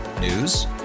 News